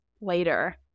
later